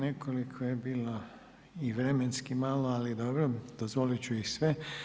Nekoliko je bilo i vremenski malo, ali dobro, dozvolit ću ih sve.